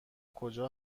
کجا